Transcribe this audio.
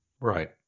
Right